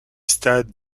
stade